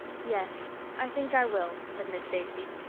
yes, i think i will, said miss stacy.